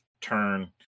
turn